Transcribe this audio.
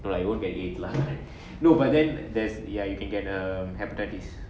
no lah you won't get aids lah no but then there's ya you can get um hepatitis